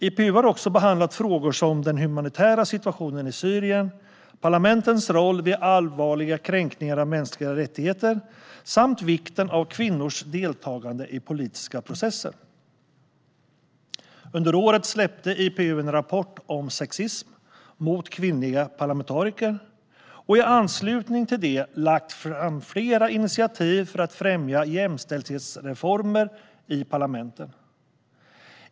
IPU har också behandlat frågor om den humanitära situationen i Syrien, parlamentens roll vid allvarliga kränkningar av mänskliga rättigheter samt vikten av kvinnors deltagande i politiska processer. Under året släppte IPU en rapport om sexism mot kvinnliga parlamentariker och har i anslutning till det lagt fram flera initiativ för att främja jämställdhetsreformer i parlamenten.